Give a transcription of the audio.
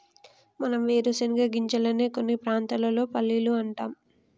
మనం వేరుశనగ గింజలనే కొన్ని ప్రాంతాల్లో పల్లీలు అంటాం